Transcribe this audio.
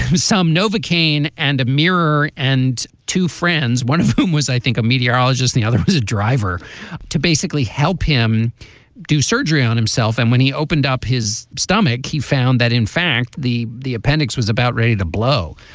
some novocaine and a mirror and two friends one of whom was i think a meteorologist. the other was a driver to basically help him do surgery on himself and when he opened up his stomach he found that in fact the the appendix was about ready to blow.